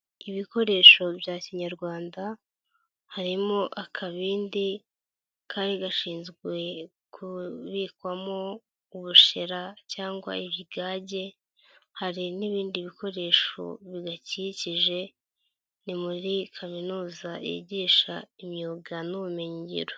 Ibikoresho bya kinyarwanda harimo akabindi kari gashinzwe kubikwamo ubushera cyangwa ibigage, hari n'ibindi bikoresho bigakikije, ni muri kaminuza yigisha imyuga n'ubumenyingiro.